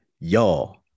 y'all